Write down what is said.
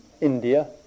India